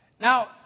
Now